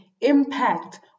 impact